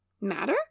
matter